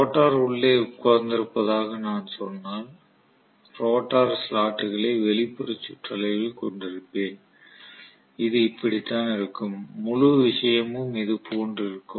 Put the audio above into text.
rotor உள்ளே உட்கார்ந்திருப்பதாக நான் சொன்னால் ரோட்டர் ஸ்லாட்டுகளை வெளிப்புற சுற்றளவில் கொண்டிருப்பேன் இது இப்படித்தான் இருக்கும் முழு விஷயமும் இது போன்று இருக்கும்